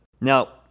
Now